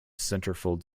centerfold